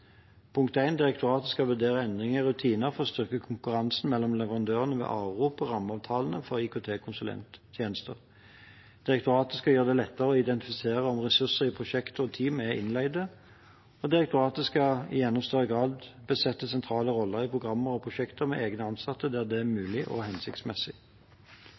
Direktoratet skal vurdere endringer i rutinene for å styrke konkurransen mellom leverandørene ved avrop på rammeavtalene for IKT-konsulenttjenester. Direktoratet skal gjøre det lettere å identifisere om ressurser i prosjekter og team er innleide. Direktoratet skal i enda større grad besette sentrale roller i programmer og prosjekter med egne ansatte der det er mulig og hensiktsmessig.